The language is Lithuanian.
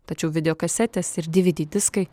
tačiau video kasetės ir dy vy dy diskai